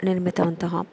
निर्मितवन्तः